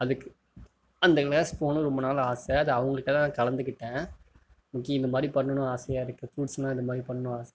அதுக்கு அந்த க்ளாஸ்க்கு போணுன்னு ரொம்ப நாளாக ஆசை அதை அவங்கள்கிட்ட தான் கலந்துக்கிட்டேன் இங்கேயும் இந்தமாதிரி பண்ணனுன்னு ஆசையாக இருக்கு ஃப்ரூட்ஸ்லாம் இந்தமாதிரி பண்ணனும் ஆசை